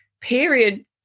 period